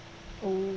oh